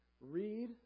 read